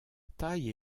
taille